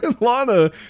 Lana